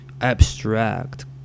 abstract